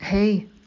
Hey